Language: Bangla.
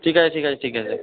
ঠিক আছে ঠিক আছে ঠিক আছে